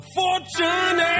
fortune